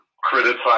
criticize